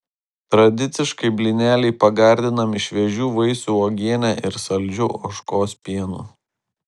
tradiciškai blyneliai pagardinami šviežių vaisių uogiene ir saldžiu ožkos pienu